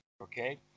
okay